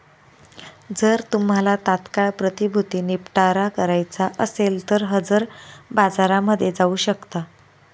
जर तुम्हाला तात्काळ प्रतिभूती निपटारा करायचा असेल तर हजर बाजारामध्ये जाऊ शकता